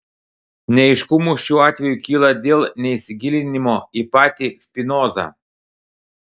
neaiškumų šiuo atveju kyla dėl neįsigilinimo į patį spinozą